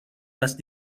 las